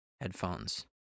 headphones